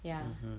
ya